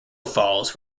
falls